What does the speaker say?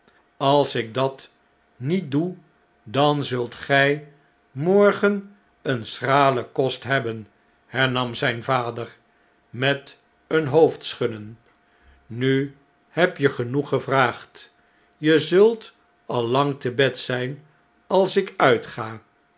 als ik dat niet doe dan zult gjj morgen een schrale kost hebben hernam zijn vader met een hoofdschudden nu heb je genoeg gevraagd je zult al lang te bed zjjn als ik uitga